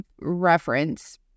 reference